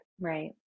Right